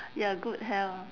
ya good health